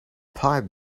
pipe